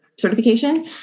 Certification